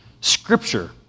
Scripture